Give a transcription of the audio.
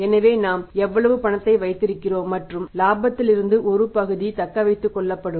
எனவே நாம் எவ்வளவு பணத்தை வைத்திருக்கிறோம் மற்றும் இலாபத்தில் ஒரு பகுதி தக்க வைத்துக் கொள்ளப்படும்